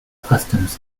customs